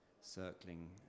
circling